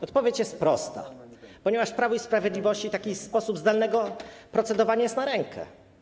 Odpowiedź jest prosta: ponieważ Prawu i Sprawiedliwości taki sposób zdalnego procedowania jest na rękę.